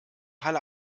halle